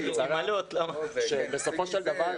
בסופו של דבר,